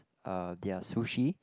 uh their sushi